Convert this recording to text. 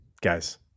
Guys